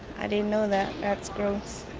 i didn't know that, that's gross.